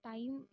Time